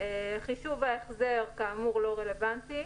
חישוב ההחזר הוא לא רלוונטי,